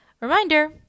Reminder